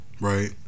right